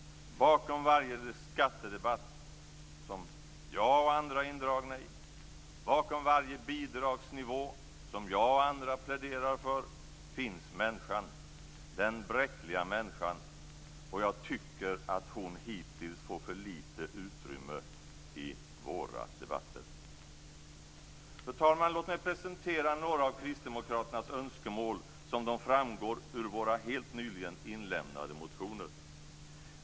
Bakom varje skattedebatt som jag och andra är indragna i, bakom varje bidragsnivå som jag och andra pläderar för, finns människan, den bräckliga människan. Och jag tycker att hon hittills fått för litet utrymme i våra debatter. Fru talman! Låt mig presentera några av Kristdemokraternas önskemål som de framgår i våra helt nyligen inlämnade motioner.